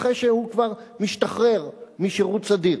אחרי שהוא כבר משתחרר משירות סדיר,